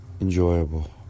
enjoyable